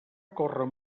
córrer